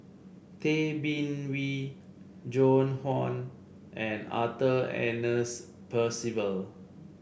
Tay Bin Wee Joan Hon and Arthur Ernest Percival